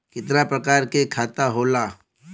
कितना प्रकार के खाता होला?